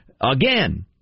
Again